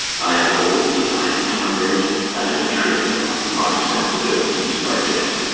i am old, i am tired, i am trivial my sensibilities are dead.